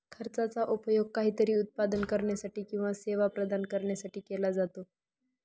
खर्चाचा उपयोग काहीतरी उत्पादन करण्यासाठी किंवा सेवा प्रदान करण्यासाठी केला जातो